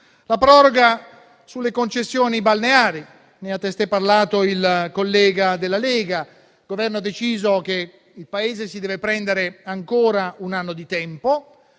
alla proroga delle concessioni balneari, di cui ha testé parlato il collega della Lega, il Governo ha deciso che il Paese si deve prendere ancora un anno di tempo